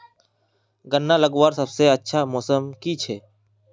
गन्ना लगवार सबसे अच्छा मौसम की छे?